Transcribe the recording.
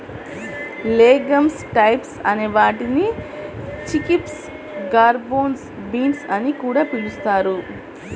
legumes types అనే వాటిని chickpeas, garbanzo beans అని కూడా పిలుస్తారు